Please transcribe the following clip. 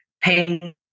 pain